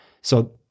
So-